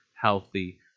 healthy